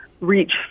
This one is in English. reach